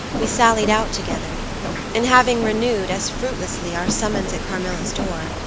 we sallied out together and having renewed, as fruitlessly, our summons at carmilla's door,